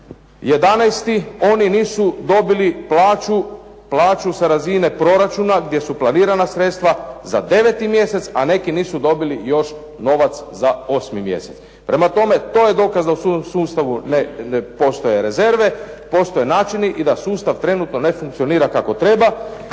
26.11. oni nisu dobili plaću sa razine proračuna gdje su planirana sredstva za 9. mjesec a neki nisu dobili još novac za 8. mjesec. Prema tome, to je dokaz da u sustavu ne postoje rezerve, postoje načini i da sustav trenutno ne funkcionira kako treba.